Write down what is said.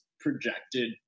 projected